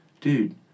dude